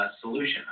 solution